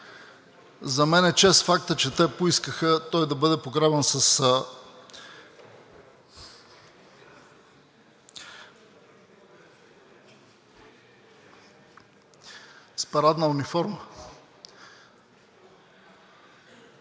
За мен е чест фактът, че те поискаха той да бъде погребан с парадна униформа.